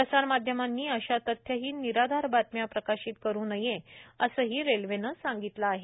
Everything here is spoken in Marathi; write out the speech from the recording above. प्रसारमाध्यमांनी अशा तथ्यहीन निराधार बातम्या प्रकाशित करू नयेत असंही रेल्वेनं सांगितलं आहे